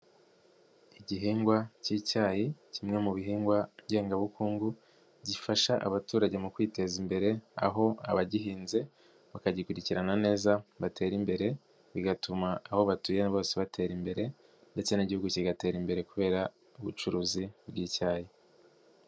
Igihingwa cy'icyayi kimwe mu bihingwa ngengabukungu, gifasha abaturage mu kwiteza imbere, aho abagihinze bakagikurikirana neza batera imbere, bigatuma aho batuye bose batera imbere ndetse n'igihugu kigatera imbere kubera ubucuruzi bw'icyayi.